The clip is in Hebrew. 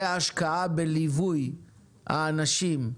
והשקעה בליווי האנשים,